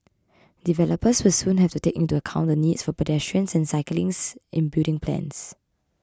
developers will soon have to take into account the needs of pedestrians and cyclists in building plans